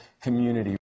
community